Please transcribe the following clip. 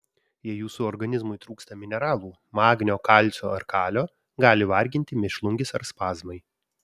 jei jūsų organizmui trūksta mineralų magnio kalcio ar kalio gali varginti mėšlungis ar spazmai